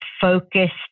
focused